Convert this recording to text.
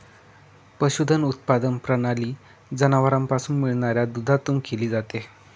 पशुधन उत्पादन प्रणाली जनावरांपासून मिळणाऱ्या दुधातून केली जाते